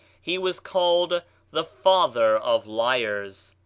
he was called the father of liars.